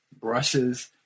brushes